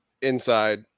inside